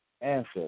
answer